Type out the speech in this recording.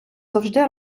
завжди